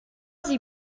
sie